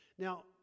Now